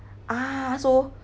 ah so